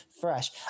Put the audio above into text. fresh